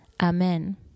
Amen